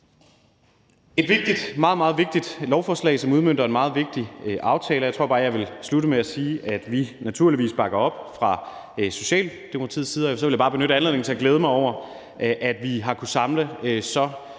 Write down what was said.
meget vigtigt lovforslag, som udmønter en meget vigtig aftale, og jeg tror bare, jeg vil slutte med at sige, at vi fra Socialdemokratiets side naturligvis bakker op. Så vil jeg bare benytte anledningen til at glæde mig over, at vi har kunnet samle så